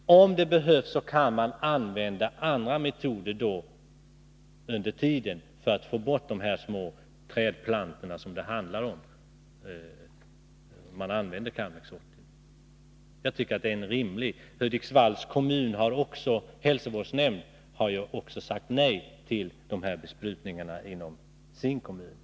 Om det behövs kan man under tiden använda andra metoder för att få bort de trädplantor som det handlar om. Hälsovårdsnämnden i Hudiksvalls kommun har också sagt nej till besprutningar inom sin kommun.